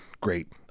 great